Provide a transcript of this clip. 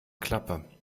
klappe